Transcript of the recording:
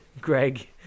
Greg